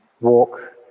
walk